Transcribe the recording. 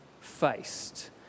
faced